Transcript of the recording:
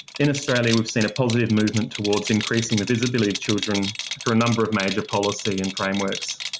in australia, we've seen a positive movement towards increasing the visibility of children through a number of major policy and frameworks.